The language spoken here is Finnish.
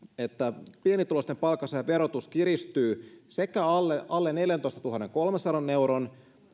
että pienituloisten palkansaajien verotus kiristyy sekä alle alle neljäntoistatuhannenkolmensadan euron